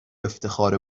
افتخار